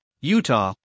Utah